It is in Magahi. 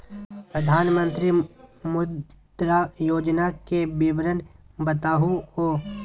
प्रधानमंत्री मुद्रा योजना के विवरण बताहु हो?